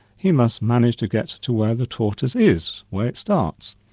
he must manage to get to where the tortoise is, where it starts.